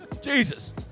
Jesus